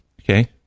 Okay